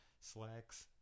Slacks